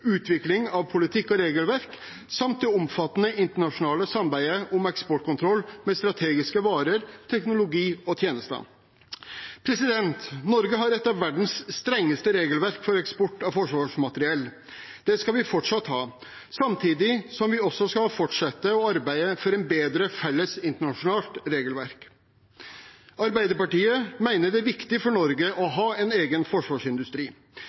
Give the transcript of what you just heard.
utvikling av politikk og regelverk, samt det omfattende internasjonale samarbeidet om eksportkontroll med strategiske varer, teknologi og tjenester. Norge har et av verdens strengeste regelverk for eksport av forsvarsmateriell. Det skal vi fortsatt ha, samtidig som vi også skal fortsette å arbeide for et bedre felles, internasjonalt regelverk. Arbeiderpartiet mener at det er viktig for Norge å ha en egen forsvarsindustri.